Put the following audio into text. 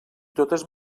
totes